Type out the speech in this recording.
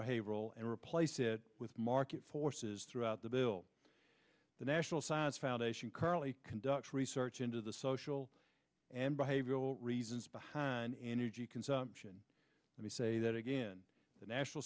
behavioral and replace it with market forces throughout the bill the national science foundation currently conducting research into the social and behavioral reasons behind energy consumption let me say that again the national